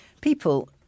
people